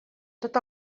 tot